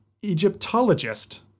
Egyptologist